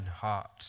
heart